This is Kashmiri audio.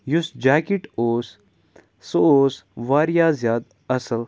یُس جاکٮ۪ٹ اوس سُہ اوس واریاہ زیادٕ اَصٕل